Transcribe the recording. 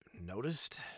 noticed